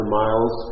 miles